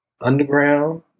Underground